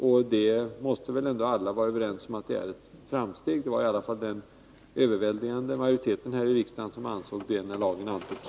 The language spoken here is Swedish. Alla måste väl vara överens om att det innebär en framgång. Den överväldigande majoriteten i riksdagen ansåg i alla fall detta när lagen antogs.